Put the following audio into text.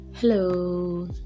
Hello